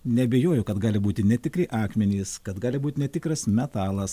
neabejoju kad gali būti netikri akmenys kad gali būt netikras metalas